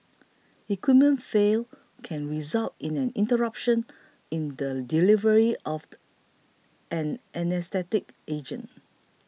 equipment failure can result in an interruption in the delivery of the anaesthetic agent